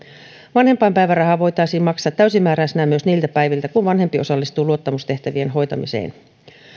vanhempainpäivärahaa voitaisiin maksaa täysimääräisenä myös niiltä päiviltä kun vanhempi osallistuu luottamustehtävien hoitamiseen